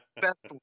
best